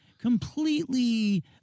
completely